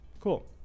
cool